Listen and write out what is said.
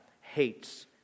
hates